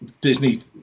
Disney